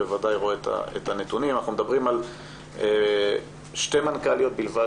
אנחנו מדברים על שתי מנכ"ליות בלבד